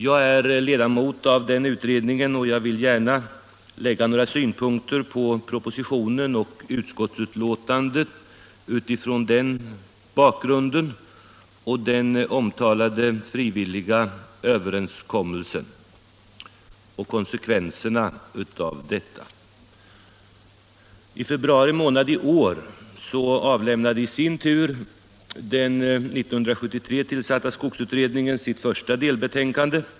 Jag är ledamot av denna utredning och vill gärna mot denna bakgrund lägga några synpunkter på propositionen, utskottsbetänkandet och den omtalade frivilliga överenskommelsen samt konsekvenserna därav. I februari i år avlämnade 1973 års skogsutredning sitt första delbetänkande.